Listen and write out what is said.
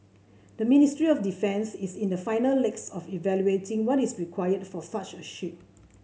the Ministry of Defence is in the final legs of evaluating what is required for such a ship